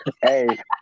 Hey